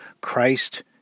Christ